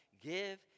Give